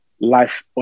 life